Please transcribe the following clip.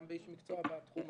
גם איש מקצוע בתחום הזה.